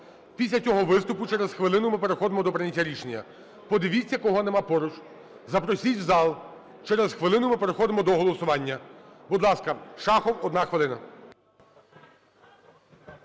Після цього виступу через хвилину ми переходимо до прийняття рішення. Подивіться, кого нема поруч, запросіть в зал. Через хвилину ми переходимо до голосування. Будь ласка, Шахов – одна хвилина.